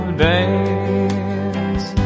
dance